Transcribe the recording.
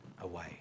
away